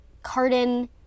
Carden